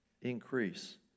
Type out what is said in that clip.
increase